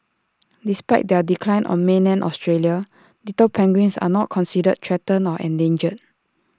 despite their decline on mainland Australia little penguins are not considered threatened or endangered